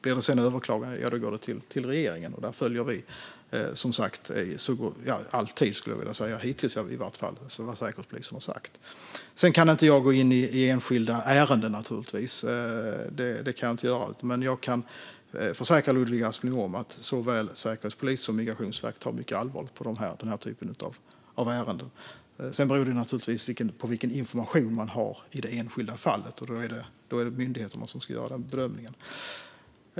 Blir det sedan överklaganden går det till regeringen. Där har vi hittills i vart fall följt vad Säkerhetspolisen har sagt. Jag kan naturligtvis inte gå in i enskilda ärenden. Det kan jag inte göra. Men jag kan försäkra Ludvig Aspling om att såväl Säkerhetspolisen som Migrationsverket tar mycket allvarligt på den här typen av ärenden. Sedan beror det på vilken information man har i det enskilda fallet. Det är myndigheterna som ska göra den bedömningen.